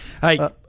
hey